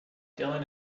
dylan